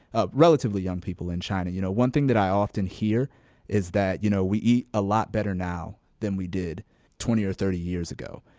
relatively young people in china, you know, one thing that i often hear is that, you know, we eat a lot better now than we did twenty or thirty years ago.